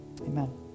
amen